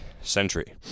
century